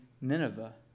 Nineveh